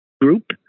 Group